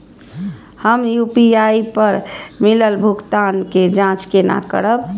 हम यू.पी.आई पर मिलल भुगतान के जाँच केना करब?